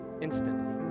instantly